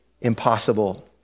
impossible